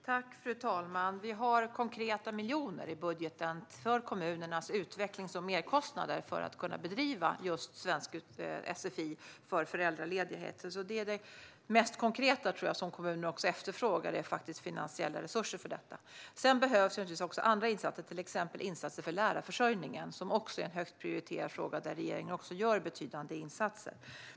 Fru talman! Vi har konkreta miljoner i budgeten för kommunernas utvecklings och merkostnader för att kunna bedriva just sfi för föräldralediga. Det mest konkreta som kommuner efterfrågar är finansiella resurser för detta. Sedan behövs naturligtvis också andra insatser, till exempel insatser för lärarförsörjningen, som också är en högt prioriterad fråga och där regeringen gör betydande insatser.